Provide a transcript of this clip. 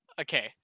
Okay